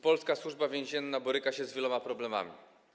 Polska Służba Więzienna boryka się z wieloma problemami.